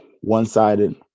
one-sided